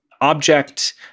object